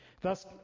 Thus